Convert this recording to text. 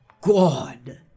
God